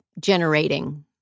generating